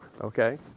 Okay